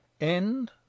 End